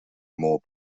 more